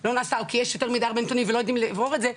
או שיש יותר מידי נתונים ולא יודעים לברור את זה,